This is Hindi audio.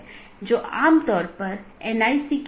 जबकि जो स्थानीय ट्रैफिक नहीं है पारगमन ट्रैफिक है